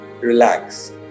relax